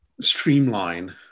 streamline